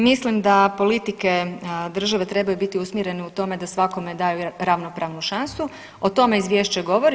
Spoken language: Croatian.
Mislim da politike države trebaju biti usmjerene u tome da svakome daju ravnopravnu šansu, o tome izvješće govori.